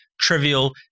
trivial